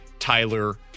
Tyler